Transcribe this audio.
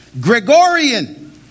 Gregorian